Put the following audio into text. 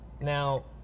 Now